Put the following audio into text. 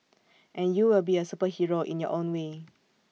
and you will be A superhero in your own way